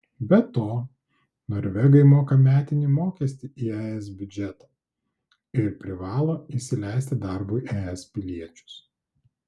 be to norvegai moka metinį mokestį į es biudžetą ir privalo įsileisti darbui es piliečius